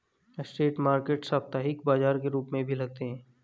street market साप्ताहिक बाजार के रूप में भी लगते हैं